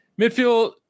Midfield